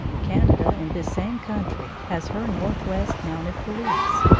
canada, in this same country, has her northwest mounted police.